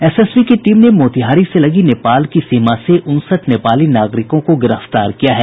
SSB की team ने मोतिहारी से लगी नेपाल की सीमा से उनसठ नेपाली नागरिकों को गिरफ्तार किया है